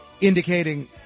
indicating